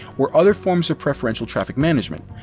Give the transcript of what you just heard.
or other forms of preferential traffic management,